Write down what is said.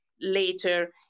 later